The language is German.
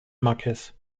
marquess